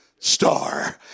Star